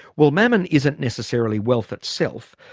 well, mammon isn't necessarily wealth itself,